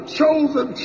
chosen